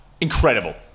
Incredible